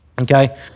Okay